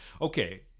okay